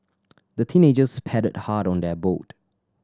the teenagers paddled hard on their boat